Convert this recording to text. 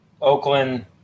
Oakland